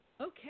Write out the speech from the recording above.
Okay